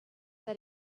that